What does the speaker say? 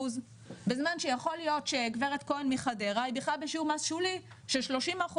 בזמן שיכול להיות שגב' כהן מחדרה היא בכלל בשיעור מס שולי של 30%,